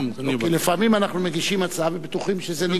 כי לפעמים אנחנו מגישים הצעה ובטוחים שזה נגמר,